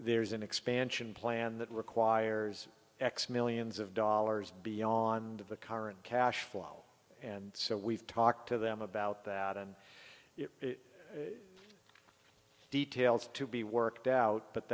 there's an expansion plan that requires x millions of dollars beyond the current cash flow and so we've talked to them about that and the details to be worked out but